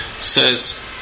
says